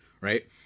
right